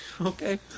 Okay